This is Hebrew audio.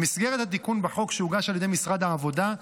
במסגרת התיקון בחוק שהוגש על ידי משרד העבודה,